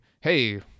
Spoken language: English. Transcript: hey